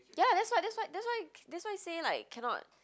ya that's what that's what that's why that's why say like cannot